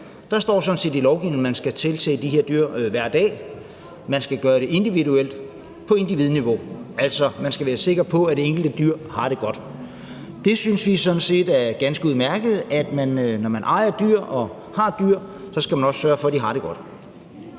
Der står sådan set i lovgivningen, at man skal tilse de her dyr hver dag, og at man skal gøre det individuelt, på individniveau, altså at man skal være sikker på, at det enkelte dyr har det godt. Vi synes sådan set, det er ganske udmærket, at man, når man ejer dyr og har dyr, så også skal sørge for, at de har det godt.